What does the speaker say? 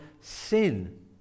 sin